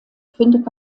findet